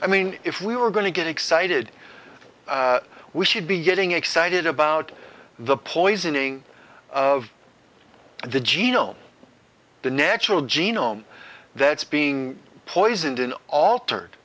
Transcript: i mean if we were going to get excited we should be getting excited about the poisoning of the genome the natural genome that's being poisoned an altered